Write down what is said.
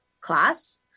class